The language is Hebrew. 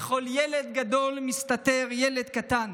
בכל ילד גדול מסתתר ילד קטן